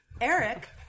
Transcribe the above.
eric